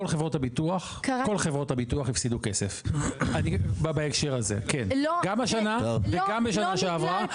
כל חברות הביטוח הפסידו כסף בהקשר הזה גם השנה וגם בשנה שעברה.